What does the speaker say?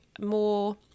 more